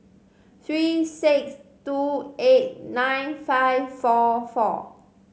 three six two eight nine five four four